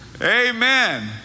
Amen